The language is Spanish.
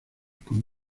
con